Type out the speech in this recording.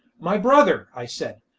my brother, i said,